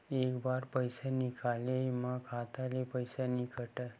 के बार पईसा निकले मा खाता ले पईसा नई काटे?